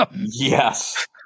Yes